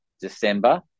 December